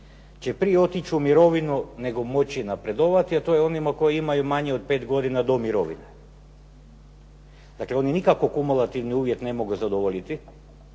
će prije otići u mirovinu nego moći napredovati, a to je onima koji imaju manje od pet godina do mirovine. Dakle, oni nikako kumulativni uvjet ne mogu zadovoljiti,